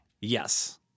Yes